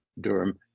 Durham